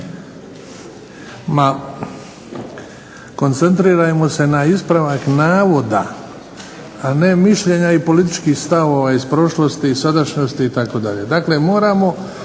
Ma, koncentrirajmo se na ispravak navoda, a ne mišljenja i političkih stavova iz prošlosti i sadašnjosti itd.